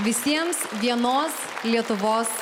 visiems vienos lietuvos